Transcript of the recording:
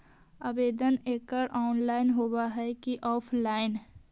आवेदन एकड़ ऑनलाइन होव हइ की ऑफलाइन?